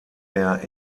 der